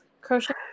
crochet